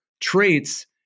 traits